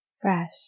fresh